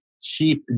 Chief